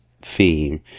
theme